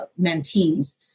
mentees